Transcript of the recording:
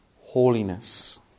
holiness